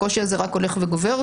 הקושי הזה רק הולך וגובר,